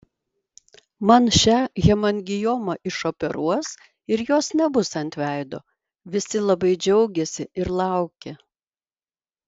man šią hemangiomą išoperuos ir jos nebus ant veido visi labai džiaugėsi ir laukė